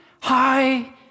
high